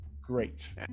great